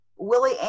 Willie